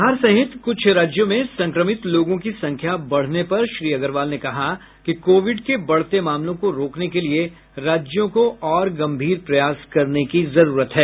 बिहार सहित कुछ राज्यों में संक्रमित लोगों की संख्या बढ़ने पर श्री अग्रवाल ने कहा कि कोविड के बढ़ते मामलों को रोकने के लिए राज्यों को और गंभीर प्रयास करने की जरूरत है